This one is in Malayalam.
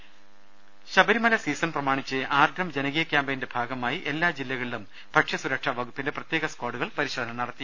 ദർവ്വെടു ശബരിമല സീസൺ പ്രമാണിച്ച് ആർദ്രം ജനകീയ കൃാമ്പയിനിന്റെ ഭാഗ മായി എല്ലാ ജില്ലകളിലും ഭക്ഷ്യസുരക്ഷാ വകുപ്പിന്റെ പ്രത്യേക സ്കാഡുകൾ പരിശോധന നടത്തി